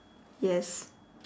yes